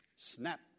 snap